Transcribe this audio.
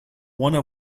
wonder